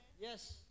Yes